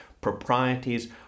proprieties